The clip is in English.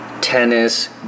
tennis